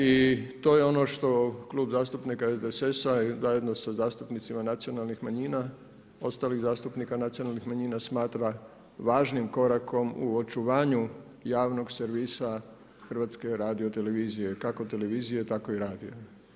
I to je ono što Klub zastupnika SDSS-a i zajedno sa zastupnicima nacionalnih manjina, ostalih zastupnika nacionalnih manjina smatra važnim korakom u očuvanju javnog servisa HRT-a, kako televizije, tako i radija.